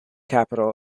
capital